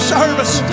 service